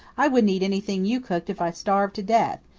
i wouldn't eat anything you cooked if i starved to death.